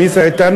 מי זה אתנו?